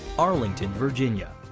arlington, virginia.